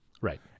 right